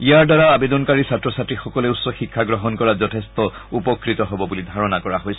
ইয়াৰ দ্বাৰা আবেদনকাৰী ছাত্ৰ ছাত্ৰীসকলে উচ্চ শিক্ষা গ্ৰহণ কৰাত যথেষ্ট উপকৃত হ'ব বুলি ধাৰণা কৰা হৈছে